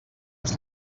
ens